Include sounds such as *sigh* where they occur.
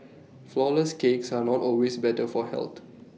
Flourless Cakes are not always better for health *noise*